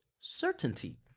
certainty